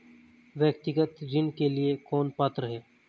व्यक्तिगत ऋण के लिए कौन पात्र है?